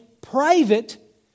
private